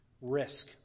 Risk